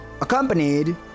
accompanied